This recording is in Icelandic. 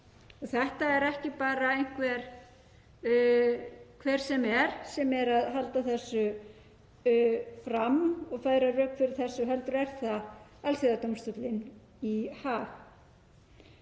Þetta er ekki bara hver sem er sem er að halda þessu fram og færa rök fyrir þessu heldur er það Alþjóðadómstóllinn í Haag.